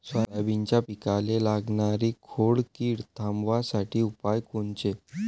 सोयाबीनच्या पिकाले लागनारी खोड किड थांबवासाठी उपाय कोनचे?